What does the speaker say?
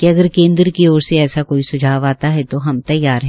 कि अगर केन्द्र की ओर से ऐसा कोई सुझाव आता है तो हम तैयार है